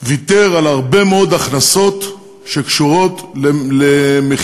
ויתר על הרבה מאוד הכנסות שקשורות למכירת